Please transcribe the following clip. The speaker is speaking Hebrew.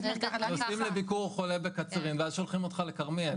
נוסעים לביקור חולה בקצרין ואז שולחים אותך לכרמיאל.